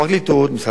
משרד המשפטים,